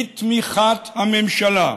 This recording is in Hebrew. בתמיכת הממשלה,